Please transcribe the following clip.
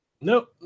nope